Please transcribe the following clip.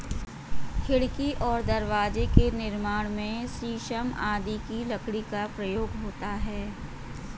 खिड़की और दरवाजे के निर्माण में शीशम आदि की लकड़ी का प्रयोग होता है